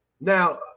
Now